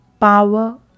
power